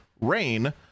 Rain